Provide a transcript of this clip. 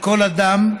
לכל אדם,